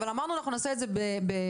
אבל אמרנו שנעשה את זה באופן